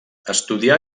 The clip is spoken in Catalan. estudià